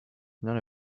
none